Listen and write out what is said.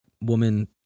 woman